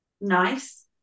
Nice